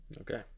Okay